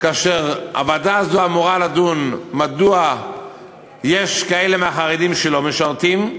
כאשר הוועדה הזאת אמורה לדון מדוע יש כאלה מהחרדים שלא משרתים,